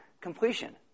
completion